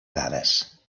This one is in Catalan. dades